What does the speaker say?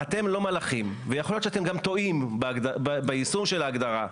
אתם לא מלאכים ויכול להיות שאתם גם טועים ביישום של ההגדרה,